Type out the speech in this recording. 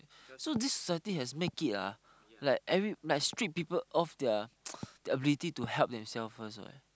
so this society has make it ah like every like strip people of their their ability to help themselves first what